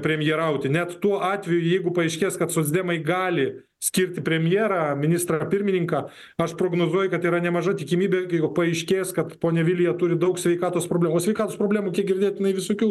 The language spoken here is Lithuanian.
premjerauti net tuo atveju jeigu paaiškės kad socdemai gali skirti premjerą ministrą pirmininką aš prognozuoju kad yra nemaža tikimybė paaiškės kad ponia vilija turi daug sveikatos problemų o sveikatos problemų kiek girdėjot jinai visokių